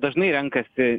dažnai renkasi